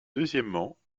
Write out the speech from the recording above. deuxièmement